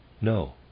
No